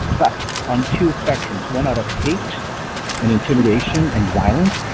but, on two spectrums, one out of hate and intimidation and violence,